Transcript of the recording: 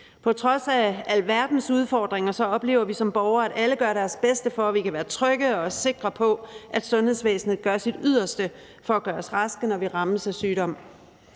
På trods af alverdens udfordringer oplever vi som borgere, at alle gør deres bedste, for at vi kan være trygge og sikre på, at sundhedsvæsenet gør sit yderste for at gøre os raske, når vi rammes af sygdom.